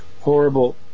horrible